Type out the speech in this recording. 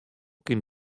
kin